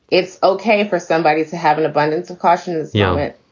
it's ok for somebody to have an abundance of caution as you know it.